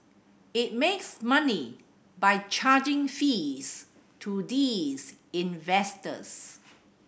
it makes money by charging fees to these investors